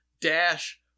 dash